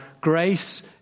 Grace